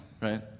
right